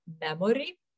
memory